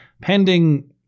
Pending